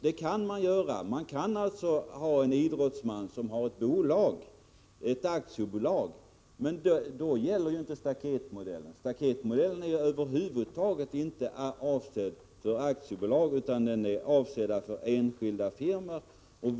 Det kan röra sig om en idrottsman som har ett aktiebolag, och då gäller alltså inte staketmodellen. Denna modell är över huvud taget inte avsedd för aktiebolag utan för enskilda firmor.